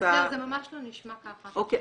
אז זהו, זה ממש לא נשמע ככה.